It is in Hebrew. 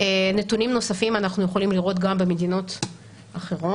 נתונים נוספים אנחנו יכולים לראות גם במדינות אחרות,